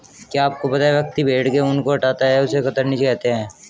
क्या आपको पता है व्यक्ति भेड़ के ऊन को हटाता है उसे कतरनी कहते है?